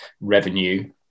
revenue